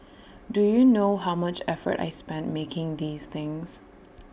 do you know how much effort I spent making these things